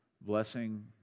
blessing